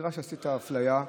נראה שעשית אפליה.